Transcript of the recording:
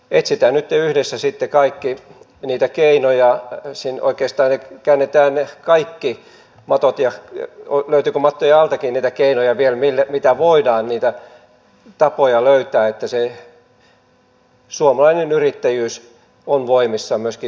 etsitään nytten kaikki yhdessä sitten niitä keinoja oikeastaan käännetään kaikki matot ja katsotaan löytyykö mattojen altakin vielä niitä keinoja millä voidaan niitä tapoja löytää että se suomalainen yrittäjyys on voimissaan myöskin tulevaisuudessa